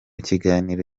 kiganiro